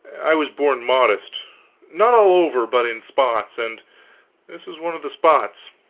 i was born modest not all over, but in spots and this was one of the spots.